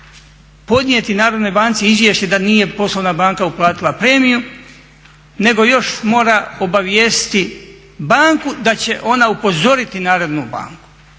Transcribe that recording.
podnijeti Narodnoj banci izvješće da nije poslovna banka uplatila premiju, nego još mora obavijestiti banku da će ona upozoriti Narodnu banku